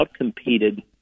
outcompeted